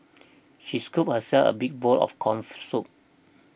she scooped herself a big bowl of corn soup